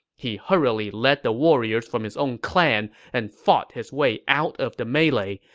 he hurriedly led the warriors from his own clan and fought his way out of the melee,